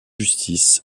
justice